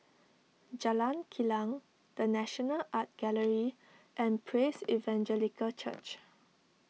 Jalan Kilang the National Art Gallery and Praise Evangelical Church